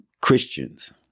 Christians